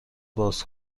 باز